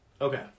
Okay